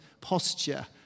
posture